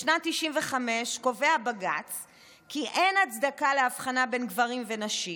בשנת 1995 קובע בג"ץ כי אין הצדקה להבחנה בין גברים לנשים